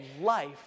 life